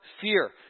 fear